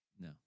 No